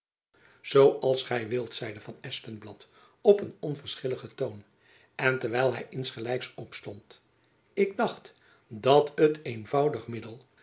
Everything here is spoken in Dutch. als gy wilt zeide van espenblad op een onverschilligen toon en terwijl hy insgelijks opstond ik dacht dat het eenvoudige middel